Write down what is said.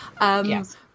Yes